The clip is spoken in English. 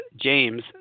James